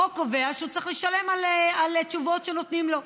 החוק קובע שהוא צריך לשלם על תשובות שנותנים לו.